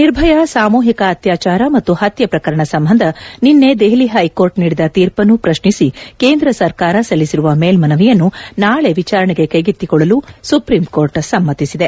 ನಿರ್ಭಯಾ ಸಾಮೂಹಿಕ ಅತ್ಯಾಚಾರ ಮತ್ತು ಹತ್ಯೆ ಪ್ರಕರಣ ಸಂಬಂಧ ನಿನ್ನೆ ದೆಹಲಿ ಹೈಕೋರ್ಟ್ ನೀದಿದ ತೀರ್ಪನ್ನು ಪ್ರಶ್ನಿಸಿ ಕೇಂದ ಸರ್ಕಾರ ಸಲ್ಲಿಸಿರುವ ಮೇಲ್ಮನವಿಯನ್ನು ನಾಳೆ ವಿಚಾರಣೆಗೆ ಕೈಗೆತ್ತಿಕೊಳ್ಳಲು ಸುಪ್ರೀಂಕೋರ್ಟ್ ಸಮ್ಮತಿಸಿದೆ